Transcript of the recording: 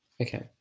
Okay